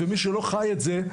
מי שלא חי את זה,